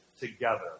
together